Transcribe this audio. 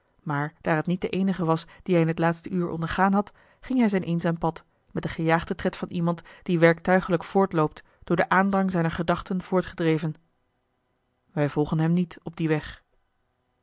maar daar het niet de eenige was dien hij in het laatste uur ondergaan had ging hij zijn eenzaam pad met den gejaagden tred van iemand die werktuigelijk voortloopt door den aandrang zijner gedachten voortgedreven wij volgen hem niet op dien weg